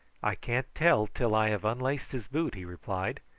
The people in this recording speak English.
i can't tell till i have unlaced his boot, he replied.